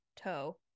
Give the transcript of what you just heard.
toe